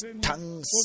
tongues